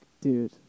dude